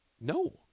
No